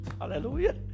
hallelujah